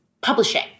publishing